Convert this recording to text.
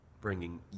bringing